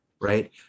Right